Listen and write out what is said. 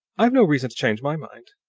i've no reason to change my mind.